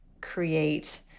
create